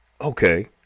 Okay